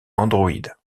android